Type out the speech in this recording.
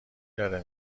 داره